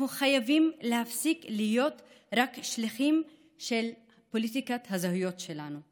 אנחנו חייבים להפסיק להיות רק שליחים של פוליטיקת הזהויות שלנו.